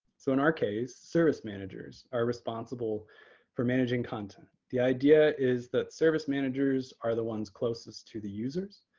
so in our case, service managers are responsible for managing content. the idea is that service managers are the ones closest to the users.